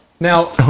Now